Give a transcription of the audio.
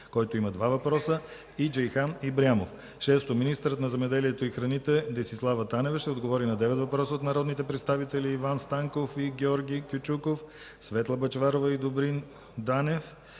Божинов – два въпроса, и Джейхан Ибрямов. 6. Министърът на земеделието и храните Десислава Танева ще отговори на девет въпроса от народните представители Иван Станков и Георги Кючуков, Светла Бъчварова и Добрин Данев